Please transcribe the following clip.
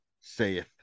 saith